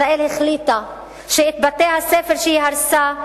ישראל החליטה שאת בתי-הספר שהיא הרסה,